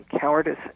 cowardice